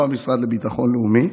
לא המשרד לביטחון לאומי,